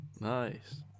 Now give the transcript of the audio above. Nice